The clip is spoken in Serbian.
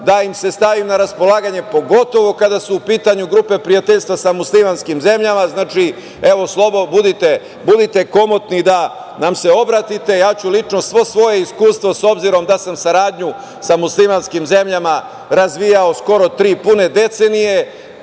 da im se stavim na raspolaganje, pogotovo kada su u pitanju grupe prijateljstva sa muslimanskim zemljama. Evo, budite komotni da nam se obratite, ja ću lično svo svoje iskustvo, s obzirom da sam saradnju sa muslimanskim zemljama razvijao skoro tri pune decenije,